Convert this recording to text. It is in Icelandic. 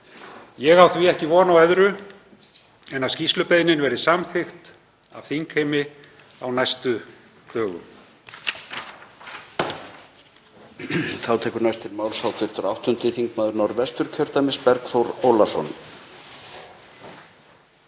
Ég á því ekki von á öðru en að skýrslubeiðnin verði samþykkt af þingheimi á næstu dögum.